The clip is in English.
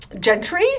gentry